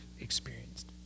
experienced